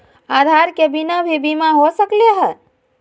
आधार के बिना भी बीमा हो सकले है?